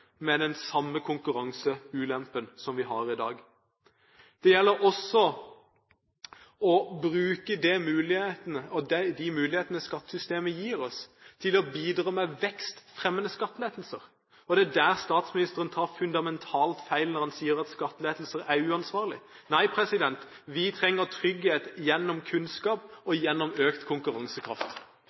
med den samme konkurranseulempen som de har i dag. Det gjelder også å bruke de mulighetene skattesystemet gir oss, til å bidra med vekstfremmende skattelettelser. Og det er der statsministeren tar fundamentalt feil når han sier at skattelettelser er uansvarlig. Nei, vi trenger trygghet gjennom kunnskap og gjennom økt konkurransekraft.